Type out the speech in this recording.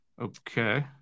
Okay